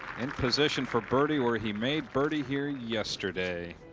and position for birdie where he made birdie here yesterday.